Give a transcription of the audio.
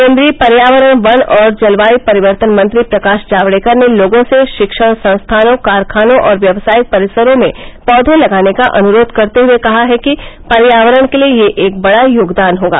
केन्द्रीय पर्यावरण वन और जलवायु परिवर्तन मंत्री प्रकाश जावड़ेकर ने लोगों से शिक्षण संस्थानों कारखानों और व्यवसायिक परिसरों में पौधे लगाने का अनुरोध करते हुए कहा है कि पर्यावरण के लिए यह एक बड़ा योगदान होगा